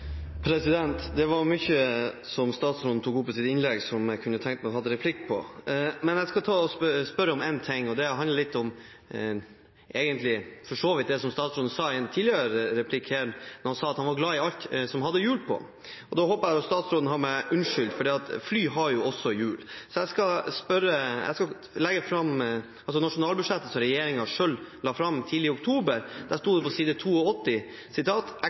Det var mye som statsråden tok opp i sitt innlegg som jeg kunne tenkt meg og tatt replikk på. Men jeg skal spørre om én ting, og det handler litt om det statsråden sa i en tidligere replikk da han sa at han var glad i alt som hadde hjul på. Da håper jeg statsråden har meg unnskyldt, for fly har også hjul. I nasjonalbudsjettet som regjeringen selv la fram tidlig i oktober, der sto det på side